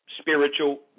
Spiritual